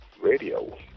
radio